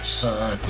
son